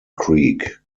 creek